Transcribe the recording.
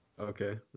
Okay